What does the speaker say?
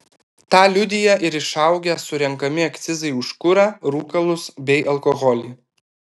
tą liudija ir išaugę surenkami akcizai už kurą rūkalus bei alkoholį